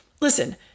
Listen